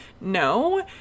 No